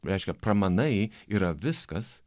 reiškia pramanai yra viskas